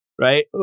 right